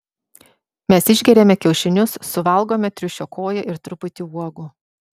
mes išgeriame kiaušinius suvalgome triušio koją ir truputį uogų